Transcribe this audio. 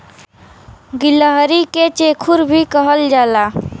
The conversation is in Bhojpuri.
गिलहरी के चेखुर भी कहल जाला